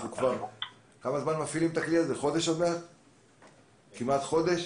אנחנו מפעילים את הכלי הזה כבר כמעט חודש.